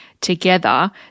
together